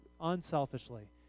unselfishly